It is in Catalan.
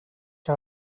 que